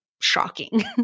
shocking